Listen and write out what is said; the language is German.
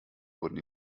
wurden